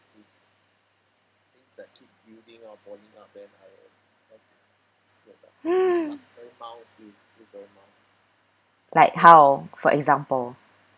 like how for example